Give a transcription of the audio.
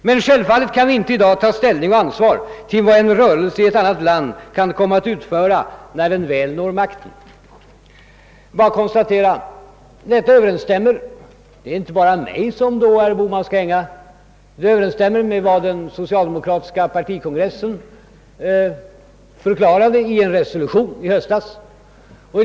Men självfallet kan vi inte i dag ta ställning och ansvar till vad en rörelse i ett annat land kan komma att utföra när den väl når makten.» Vi kan konstatera att detta överensstämmer med vad den socialdemokratiska partikongressen förklarade i en resolution i höstas — så det är inte bara mig herr Bohman skall hänga.